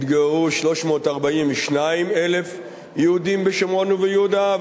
התגוררו 342,000 יהודים בשומרון וביהודה,